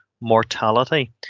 mortality